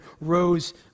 rose